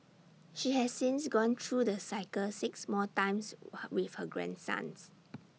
she has since gone through the cycle six more times with her grandsons